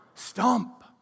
Stump